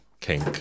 kink